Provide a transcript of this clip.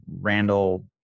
Randall